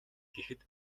гэхэд